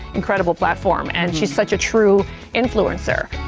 incredible platform and she's such a true influencer.